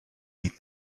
eat